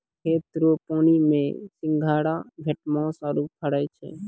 खेत रो पानी मे सिंघारा, भेटमास आरु फरै छै